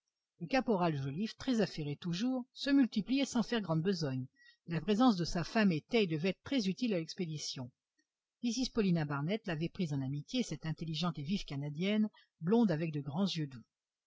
le caporal joliffe très affairé toujours se multipliait sans faire grande besogne mais la présence de sa femme était et devait être très utile à l'expédition mrs paulina barnett l'avait prise en amitié cette intelligente et vive canadienne blonde avec de grands yeux doux